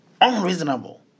Unreasonable